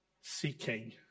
seeking